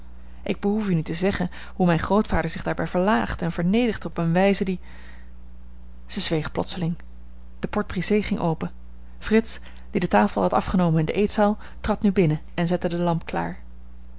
ik behoef u niet te zeggen hoe mijn grootvader zich daarbij verlaagt en vernedert op eene wijze die zij zweeg plotseling de porte-brisée ging open frits die de tafel had afgenomen in de eetzaal trad nu binnen en zette de lamp klaar